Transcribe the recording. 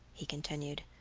he continued.